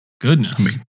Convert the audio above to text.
goodness